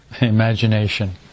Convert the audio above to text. imagination